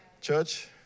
Church